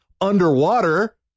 underwater